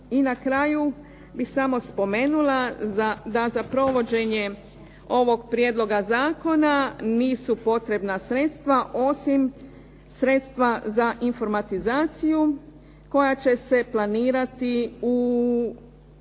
I na kraju bih samo spomenula da za provođenje ovog prijedloga zakona nisu potrebna sredstva, osim sredstva za informatizaciju koja će se planirati u